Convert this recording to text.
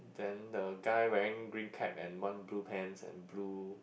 then the guy wearing green cap and one blue pants and blue